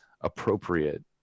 appropriate